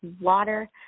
water